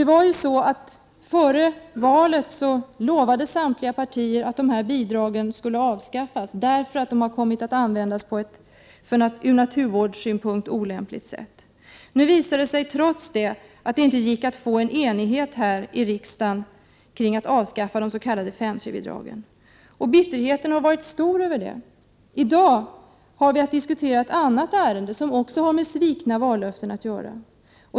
Före valet lovade samtliga partier att dessa bidrag skulle avskaffas, därför att de har kommit att användas på ett ur naturvårdssynpunkt olämpligt sätt. Trots detta har det visat sig att det inte gick att få enighet här i riksdagen om att avskaffa dessa 5:3-bidrag. Bitterheten över det har varit stor. I dag har vi att diskutera ett annat ärende som också har med svikna vallöften att göra.